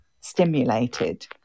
stimulated